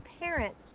parents